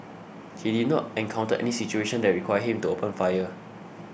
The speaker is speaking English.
he did not encounter any situation that required him to open fire